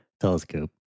telescope